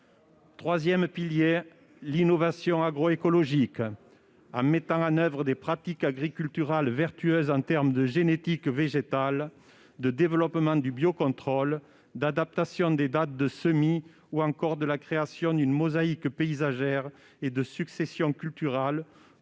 Troisième pilier : l'innovation agroécologique, en mettant en oeuvre des pratiques agriculturales vertueuses en termes de génétique végétale, de développement du biocontrôle, d'adaptation des dates de semis, ou encore de la création d'une mosaïque paysagère, et de succession culturale